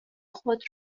خود